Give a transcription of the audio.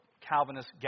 Calvinist